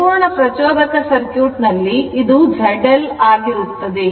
ಪರಿಪೂರ್ಣ ಪ್ರಚೋದಕ ಸರ್ಕ್ಯೂಟ್ ನಲ್ಲಿ ಇದು ZL ಆಗಿರುತ್ತದೆ